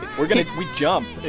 we're going to we jump.